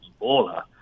Ebola